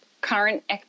current